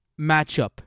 matchup